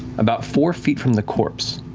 about four feet from the corpse,